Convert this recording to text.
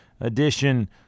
edition